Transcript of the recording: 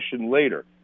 later